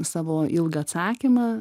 savo ilgą atsakymą